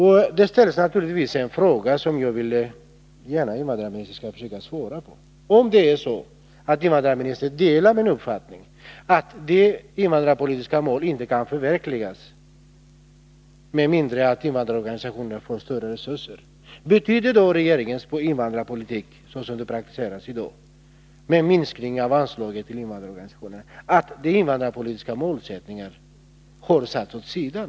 Från invandrarorganisationerna ställer man en fråga, som jag gärna vill att arbetsmarknadsministern svarar på: Om invandrarministern delar uppfattningen att de invandrarpolitiska målen inte kan förverkligas med mindre än att invandrarorganisationerna får större resurser, betyder då regeringens 45 invandrarpolitik såsom den praktiseras i dag, med minskade anslag till invandrarorganisationerna, att regeringen har satt de invandrarpolitiska målsättningarna åt sidan?